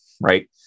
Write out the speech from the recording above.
right